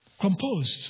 composed